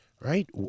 right